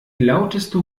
lauteste